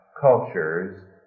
cultures